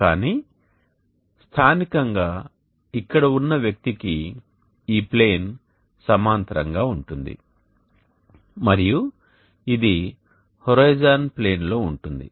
కానీ స్థానికంగా ఇక్కడ ఉన్న వ్యక్తికి ఈ ప్లేన్ సమాంతరంగా ఉంటుంది మరియు ఇది హోరిజోన్ ప్లేన్లో ఉంటుంది